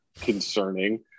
concerning